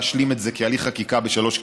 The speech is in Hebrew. להשלים את זה כהליך חקיקה בשלוש קריאות,